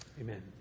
Amen